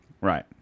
Right